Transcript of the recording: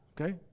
okay